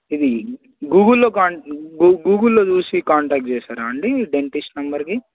ఇది గూగుల్లో కా గూగుల్లో చూసి కాంటాక్ట్ చేశారా అండి డెంటిస్ట్ నెంబర్కి